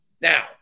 Now